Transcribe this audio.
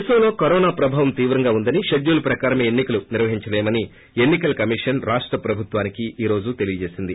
దేశంలో కరోనా ప్రభావం తీవ్రంగా ఉందని షెడ్యూల్ ప్రకారం ఎన్ని కలను నిర్వహించలేమని ఎన్ని కల కమిషన్ రాష్ట ప్రభుత్వానికి ఈ రోజు తెలియచేసింది